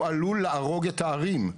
הוא עלול להרוג את הערים.